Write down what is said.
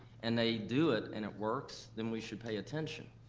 and they do it, and it works, then we should pay attention.